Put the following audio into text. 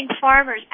farmers